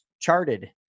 charted